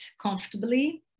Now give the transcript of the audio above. comfortably